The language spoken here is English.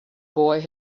boy